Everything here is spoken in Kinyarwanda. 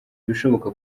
ibishoboka